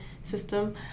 system